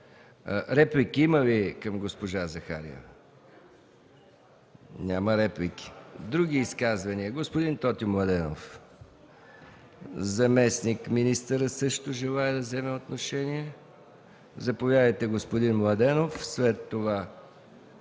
реплики към госпожа Захариева? Няма реплики. Други изказвания? Господин Тотю Младенов, заместник-министърът също желае да вземе отношение. Заповядайте, господин Младенов.